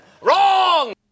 Wrong